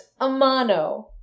Amano